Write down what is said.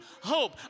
hope